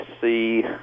see